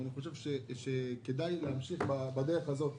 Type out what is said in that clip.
ואני חושב שכדאי להמשיך בדרך הזאת.